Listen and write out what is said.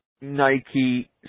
Nike